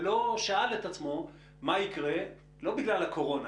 ולא שאל את עצמו מה יקרה לא בגלל הקורונה,